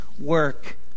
work